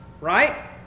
right